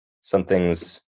Something's